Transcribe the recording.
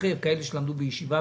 בעיקר כאלה שלמדו בישיבה.